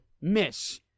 miss